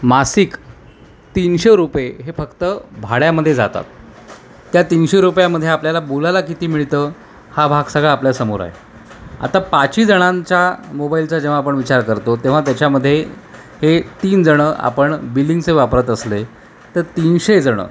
मासिक तीनशे रुपये हे फक्त भाड्यामध्ये जातात त्या तीनशे रुपयामध्ये आपल्याला बोलायला किती मिळतं हा भाग सगळा आपल्या समोर आहे आता पाची जणांच्या मोबाईलचा जेव्हा आपण विचार करतो तेव्हा त्याच्यामध्ये तीन जणं आपण बिलिंगचे वापरत असले तर तीनशे जणं